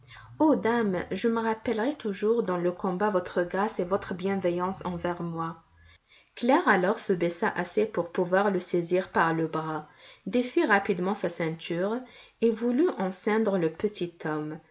ô dame je me rappellerai toujours dans le combat votre grâce et votre bienveillance envers moi claire alors se baissa assez pour pouvoir le saisir par le bras défit rapidement sa ceinture et voulut en ceindre le petit homme